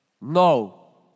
No